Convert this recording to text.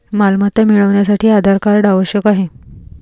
मालमत्ता मिळवण्यासाठी आधार कार्ड आवश्यक आहे